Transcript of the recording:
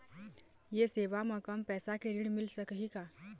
ये सेवा म कम पैसा के ऋण मिल सकही का?